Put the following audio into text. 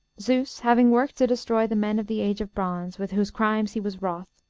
zeus having worked to destroy the men of the age of bronze, with whose crimes he was wroth,